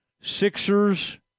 Sixers